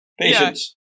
Patience